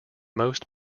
most